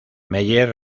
meyer